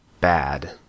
Bad